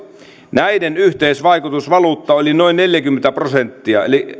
näiden yhteisvaikutus valuuttaan oli noin neljäkymmentä prosenttia eli